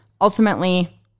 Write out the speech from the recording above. ultimately